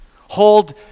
hold